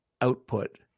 output